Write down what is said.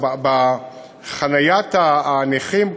או בחניית הנכים,